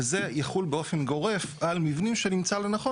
וזה יחול באופן גורף על מבנים שנמצא לנכון.